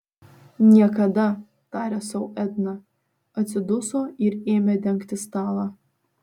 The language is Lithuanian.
niekada tarė sau edna atsiduso ir ėmė dengti stalą